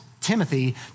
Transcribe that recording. Timothy